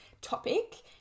topic